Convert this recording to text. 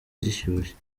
gishyushye